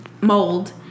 mold